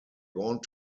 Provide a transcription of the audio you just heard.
want